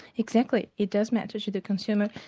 exactly, it does matter to the consumer.